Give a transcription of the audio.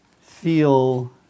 feel